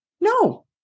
No